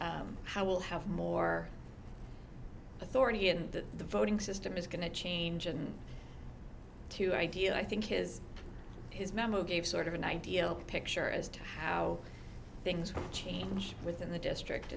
will have more authority and the voting system is going to change and two idea i think his his memo gave sort of an ideal picture as to how things can change within the district